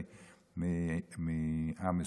מעם ישראל.